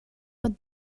what